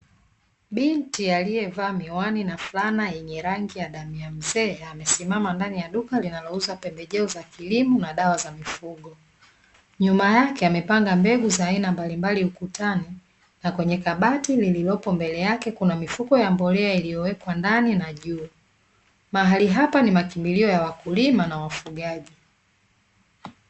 Binti aliyevaa miwani na fulana yenye rangi ya damu ya mzee amesimama ndani ya duka linalouzaa pembejeo za kilimo na dawa za mifugo, nyuma yake amepanga mbegu za aina mbalimbali ukutani na kwenye kabati lililopo mbele yake kuna mifuko ya mbolea iliyowekwa ndani na juu, Mahali hapa ni makimbilio ya wakulima na wafugaji.